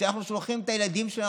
כשאנחנו שולחים את הילדים שלנו,